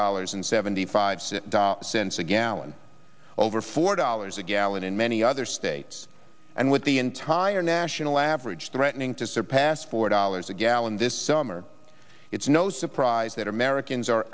dollars and seventy five sit down cents a gallon over four dollars a gallon in many other states and with the entire national average threatening to surpass four dollars a gallon this summer it's no surprise that americans are